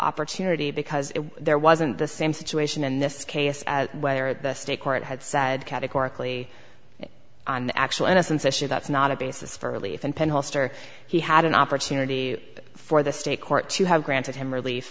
opportunity because there wasn't the same situation in this case where the state court had said categorically on the actual innocence issue that's not a basis for relief and pain holster he had an opportunity for the state court to have granted him relief